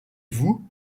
vous